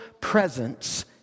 presence